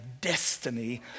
destiny